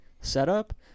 setup